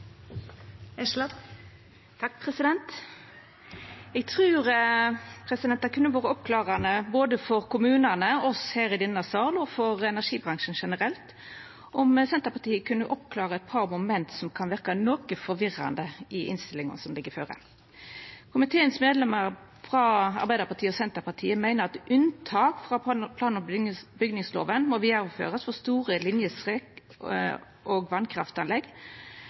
Eg trur det kunne ha vore oppklarande både for kommunane, for oss her i denne sal og for energibransjen generelt om Senterpartiet kunne oppklara eit par moment som kan verka noko forvirrande i innstillinga som ligg føre. Komiteens medlemar frå Arbeidarpartiet og Senterpartiet meiner at unntak frå plan- og bygningsloven må vidareførast for store linjestrekk og